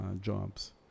jobs